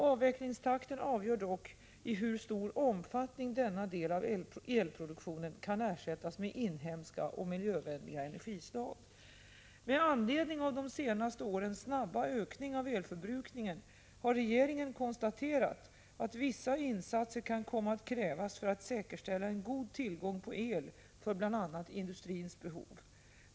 Avvecklingstakten avgör dock i hur stor omfattning denna del av elproduktionen kan ersättas med inhemska och miljövänliga energislag. Med anledning av de senaste årens snabba ökning av elförbrukningen har regeringen konstaterat att vissa insatser kan komma att krävas för att säkerställa en god tillgång på el, för bl.a. industrins behov.